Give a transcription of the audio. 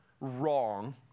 wrong